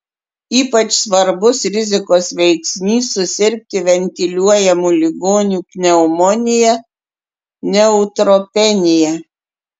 ypač svarbus rizikos veiksnys susirgti ventiliuojamų ligonių pneumonija neutropenija